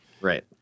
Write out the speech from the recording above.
Right